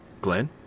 Glenn